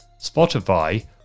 Spotify